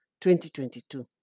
2022